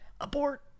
abort